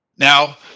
Now